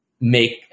make